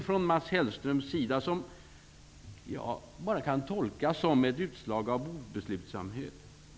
Mats Hellströms diskussion kan bara tolkas som ett utslag av obeslutsamhet.